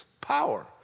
Power